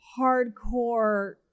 hardcore